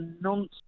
nonsense